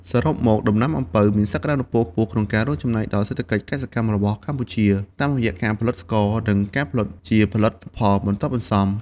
សរុបមក ដំណាំអំពៅមានសក្តានុពលខ្ពស់ក្នុងការរួមចំណែកដល់សេដ្ឋកិច្ចកសិកម្មរបស់កម្ពុជា តាមរយៈការផលិតស្ករ និងការផលិតជាផលិតផលបន្ទាប់បន្សំ។